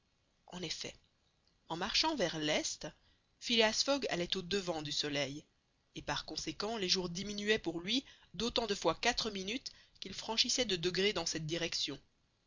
en effet en marchant vers l'est phileas fogg allait au-devant du soleil et par conséquent les jours diminuaient pour lui d'autant de fois quatre minutes qu'il franchissait de degrés dans cette direction